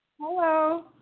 Hello